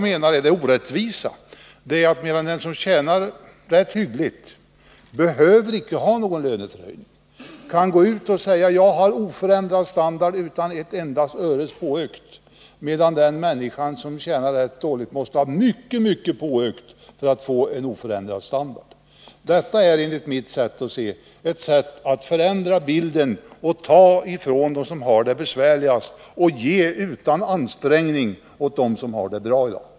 Medan den som tjänar rätt hyggligt inte behöver ha någon lönehöjning utan kan gå ut och säga att han har oförändrad standard utan att ha fått ett enda öre påökt, måste den som tjänar rätt dåligt ha mycket i påökt för att få behålla oförändrad standard. Det är detta som enligt min mening är en orättvisa. Enligt mitt sätt att se är det en metod att förändra bilden och ta ifrån dem som har det besvärligast och ge — utan ansträngning — åt dem som har det bra.